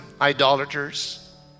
idolaters